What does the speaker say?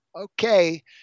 okay